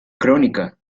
crónica